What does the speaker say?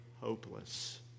hopeless